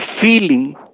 feeling